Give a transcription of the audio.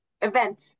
Event